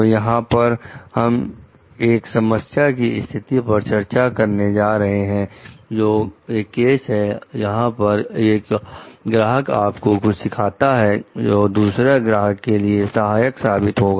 तो यहां पर हम एक समस्या की स्थिति पर चर्चा करने जा रहे हैं जो एक केस है जहां पर एक ग्राहक आपको कुछ सिखाता है जो दूसरे ग्राहक के लिए सहायक साबित होगा